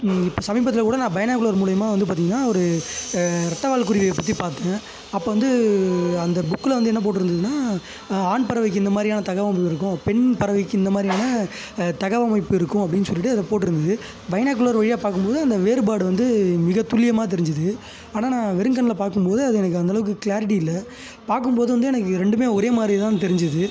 இப்போ சமீபத்திலக்கூட நான் பைனாகுலர் மூலயமா வந்து பார்த்தீங்கன்னா ஒரு ரெட்டைவால் குருவியை பற்றி பார்த்தேன் அப்போ வந்து அந்த புக்கில் வந்து என்ன போட்டிருந்துதுன்னா ஆண் பறவைக்கு இந்தமாதிரியான தகவமைப்பு இருக்கும் பெண் பறவைக்கு இந்தமாதிரியான தகவமைப்பு இருக்கும் அப்படின்னு சொல்லிட்டு அதுல போட்டிருந்துது பைனாகுலர் வழியாக பார்க்கும்போது அந்த வேறுபாடு வந்து மிகத்துல்லியமாக தெரிஞ்சுது ஆனால் நான் வெறும் கண்ணில் பார்க்கும்போது அது எனக்கு அந்த அளவுக்கு க்ளாரிட்டி இல்லை பார்க்கும்போது வந்து எனக்கு ரெண்டுமே ஒரே மாதிரி தான் தெரிஞ்சுது